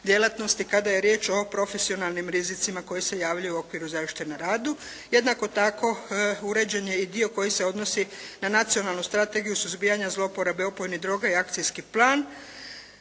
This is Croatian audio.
djelatnosti kada je riječ o profesionalnim rizicima koji se javljaju u okviru zaštite na radu. Jednako tako uređen je i dio koji se odnosi na Nacionalnu strategiju suzbijanja zloporabe opojnih droga i akcijski plan